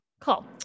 Cool